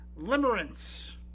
Limerence